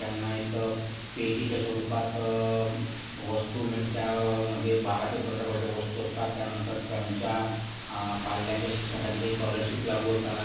त्यांना एक पेटीच्या स्वरूपात वस्तू मिळते त्यामध्ये बारा ते पंधरा पाट्या वस्तू असतात त्यानंतर त्यांच्या पाल्यांच्या शिक्षणासाठी काही स्कॉलरशिप लागू होतात